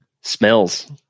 smells